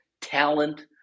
talent